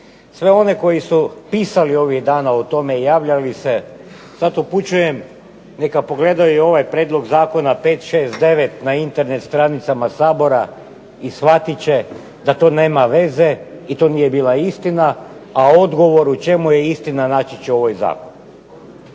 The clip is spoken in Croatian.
Sve ove koji su pisali ovih dana o tome i javljali se sad upućujem neka pogledaju i ovaj prijedlog zakona 569. na Internet stranicama Sabora i shvatit će da to nema veze i to nije bila istina, a odgovor u čemu je istina naći će ovaj zakon.